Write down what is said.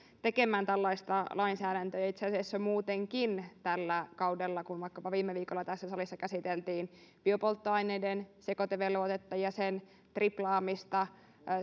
tekemään tällaista lainsäädäntöä ja itse asiassa muutenkin tällä kaudella vaikkapa kun viime viikolla tässä salissa käsiteltiin biopolttoaineiden sekoitevelvoitetta ja sen triplaamista